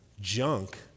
junk